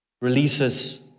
releases